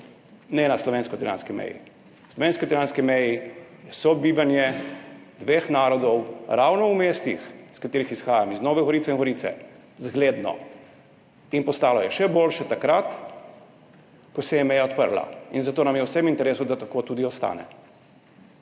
ne na slovensko-italijanski meji. Na slovensko-italijanski meji je sobivanje dveh narodov ravno v mestih, iz katerih izhajam, iz Nove Gorice in Gorice, zgledno. In postalo je še boljše takrat, ko se je meja odprla. Zato nam je vsem v interesu, da tako tudi ostane.